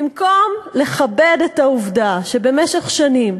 במקום לכבד את העובדה שבמשך שנים